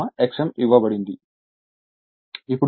Xm ఇవ్వబడింది